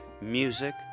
music